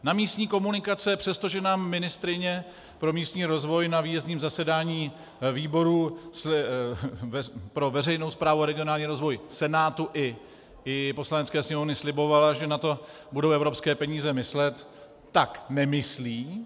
Na místní komunikace, přestože nám ministryně pro místní rozvoj na výjezdním zasedání výboru pro veřejnou správu a regionální rozvoj Senátu i Poslanecké sněmovny slibovala, že na to budou evropské peníze myslet, tak nemyslí.